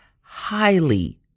highly